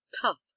tough